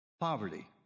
poverty